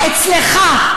אצלך,